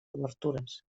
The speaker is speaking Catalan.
obertures